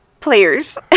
players